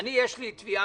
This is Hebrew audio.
לי יש תביעה